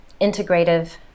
integrative